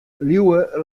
liuwe